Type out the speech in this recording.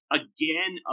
again